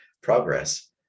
progress